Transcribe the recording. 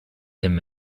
him